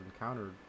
encountered